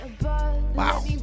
Wow